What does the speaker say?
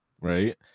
right